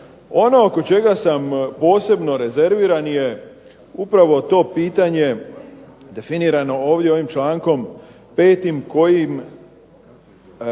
Ono oko čega sam posebno rezerviran je upravo to pitanje definirano ovdje ovim člankom 5. kojim